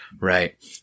right